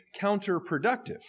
counterproductive